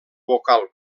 vocal